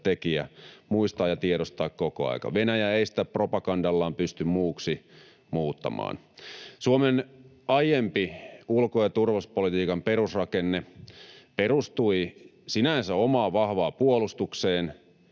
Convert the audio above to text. avaintekijä muistaa ja tiedostaa koko ajan. Venäjä ei sitä propagandallaan pysty muuksi muuttamaan. Suomen aiempi ulko- ja turvallisuuspolitiikan perusrakenne perustui sinänsä omaan vahvaan puolustukseen,